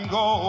go